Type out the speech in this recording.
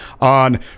on